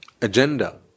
agenda